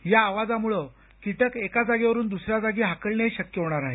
या आवाजामृळं कीटक एका जागेवरून दुसऱ्या जागी हाकलणेही शक्य होणार आहे